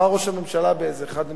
אמר ראש הממשלה באיזה אחד מנאומיו,